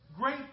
great